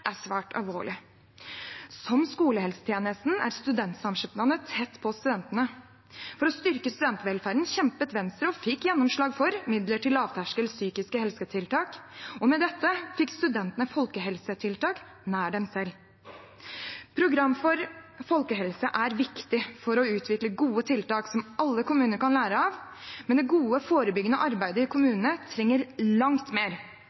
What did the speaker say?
er svært alvorlig. Som skolehelsetjenesten er studentsamskipnadene tett på studentene. For å styrke studentvelferden kjempet Venstre og fikk gjennomslag for midler til lavterskeltiltak for psykisk helse, og med dette fikk studentene folkehelsetiltak nær dem selv. Program for folkehelsearbeid er viktig for å utvikle gode tiltak som alle kommuner kan lære av, men det gode forebyggende arbeidet i kommunene trenger langt mer.